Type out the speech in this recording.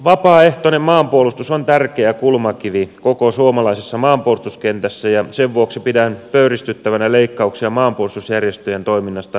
vapaaehtoinen maanpuolustus on tärkeä kulmakivi koko suomalaisessa maanpuolustuskentässä ja sen vuoksi pidän pöyristyttävänä leikkauksia maanpuolustusjärjestöjen toiminnasta